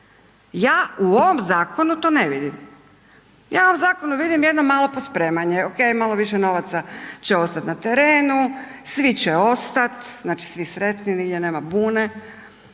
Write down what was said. Ja u ovom zakonu to ne vidim. Ja u ovom zakonu vidim jedno malo pospremanje, OK, malo više novaca će ostati na terenu, svi će ostati, znači svi sretni, nigdje nema bune,